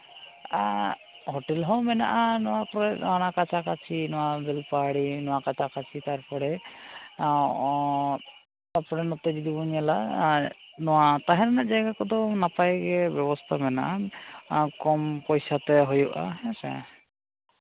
hotel ᱦᱚᱸ ᱢᱮᱱᱟᱜᱼᱟ ᱱᱚᱣᱟ ᱠᱚᱨᱮᱫ ᱚᱱᱟ ᱠᱟᱪᱷᱟ ᱠᱟᱹᱪᱷᱤ ᱱᱚᱣᱟ ᱵᱮᱞᱯᱟᱦᱟᱲᱤ ᱯᱟᱥᱟᱯᱟᱹᱥᱤ ᱛᱟᱨᱯᱚᱨᱮ ᱱᱚᱛᱮ ᱡᱩᱫᱤ ᱵᱚᱱ ᱧᱮᱞᱟ ᱱᱚᱣᱟ ᱛᱟᱦᱮᱱ ᱨᱮᱱᱟᱜ ᱡᱟᱭᱜᱟ ᱠᱚᱫᱚ ᱱᱟᱯᱟᱭ ᱜᱮ ᱵᱮᱵᱚᱥᱛᱷᱟ ᱢᱮᱱᱟᱜᱼᱟ ᱠᱚᱢ ᱯᱚᱭᱥᱟ ᱛᱮ ᱦᱩᱭᱩᱜᱼᱟ ᱦᱮᱸ ᱥᱮ